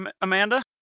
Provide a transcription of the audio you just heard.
Amanda